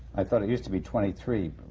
i thought it used to be twenty three,